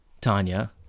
Tanya